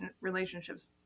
relationships